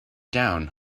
down